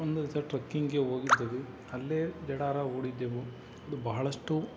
ಒಂದು ದಿಸ ಟ್ರೆಕಿಂಗ್ಗೆ ಹೋಗಿದ್ದೆವು ಅಲ್ಲೇ ಬಿಡಾರ ಹೂಡಿದ್ದೆವು ಅದು ಬಹಳಷ್ಟು